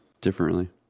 differently